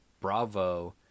Bravo